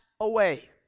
away